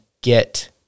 get